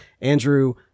andrew